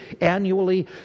annually